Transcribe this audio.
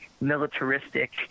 militaristic